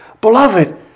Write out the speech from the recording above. Beloved